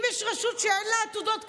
אם יש רשות שאין לה עתודות קרקע,